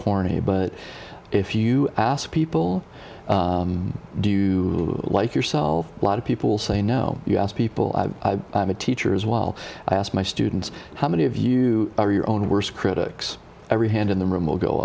corny but if you ask people do you like yourself a lot of people say no you asked people i am a teacher as well i asked my students how many of you are your own worst critics every hand in the room will go